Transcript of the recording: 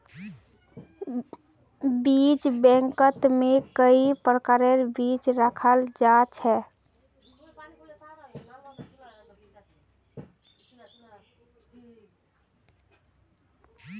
बीज बैंकत में कई प्रकारेर बीज रखाल जा छे